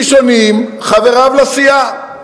ראשונים חבריו לסיעה,